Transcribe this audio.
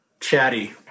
chatty